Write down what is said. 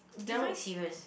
define serious